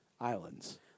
Islands